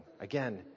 Again